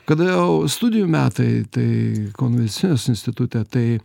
kada jau studijų metai tai kauno licėjaus institute tai